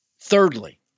Thirdly